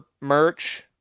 merch